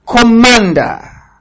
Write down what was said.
commander